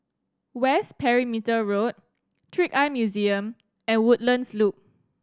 West Perimeter Road Trick Eye Museum and Woodlands Loop